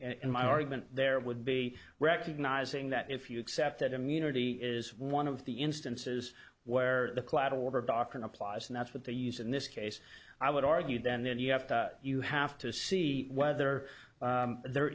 in my argument there would be recognizing that if you accept that immunity is one of the instances where the collateral order doctrine applies and that's what they use in this case i would argue then then you have to you have to see whether there